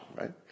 right